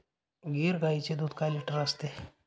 गीर गाईचे दूध काय लिटर मिळते?